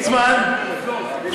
ליצמן,